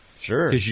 Sure